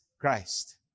Christ